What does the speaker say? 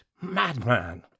madman